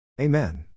Amen